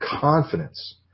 confidence